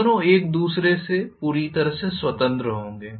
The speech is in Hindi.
दोनों एक दूसरे से पूरी तरह से स्वतंत्र होंगे